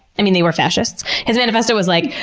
i mean, they were fascists. his manifesto was like,